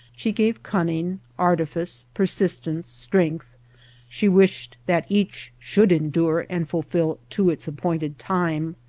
she gave cunning, artifice, persistence, strength she wished that each should endure and fulfil to its appointed time.